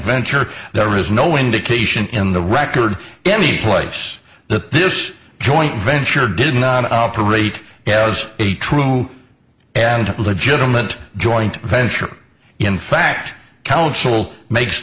venture there was no indication in the record any place that this joint venture didn't on operate as a true and legitimate joint venture in fact counsel makes